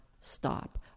stop